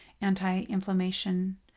anti-inflammation